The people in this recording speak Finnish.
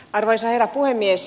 arvoisa herra puhemies